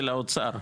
של האוצר.